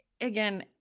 Again